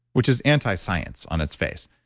which is anti-science on its face.